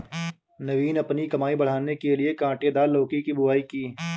नवीन अपनी कमाई बढ़ाने के लिए कांटेदार लौकी की बुवाई की